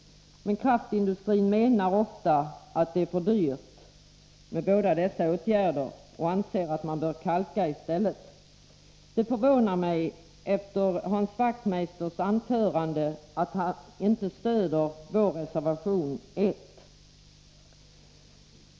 Men kraftindustrin menar ofta att det är för dyrt med båda dessa åtgärder och anser att man bör kalka i stället. Efter Hans Wachtmeisters anförande förvånar det mig att han inte stöder vår reservation 1.